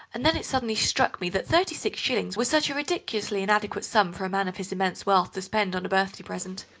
and then it suddenly struck me that thirty-six shillings was such a ridiculously inadequate sum for a man of his immense wealth to spend on a birthday present.